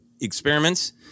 experiments